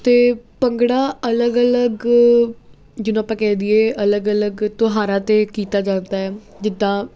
ਅਤੇ ਭੰਗੜਾ ਅਲੱਗ ਅਲੱਗ ਜਿਹਨੂੰ ਆਪਾਂ ਕਹਿ ਦਈਏ ਅਲੱਗ ਅਲੱਗ ਤਿਉਹਾਰਾਂ 'ਤੇ ਕੀਤਾ ਜਾਂਦਾ ਜਿੱਦਾਂ